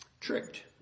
tricked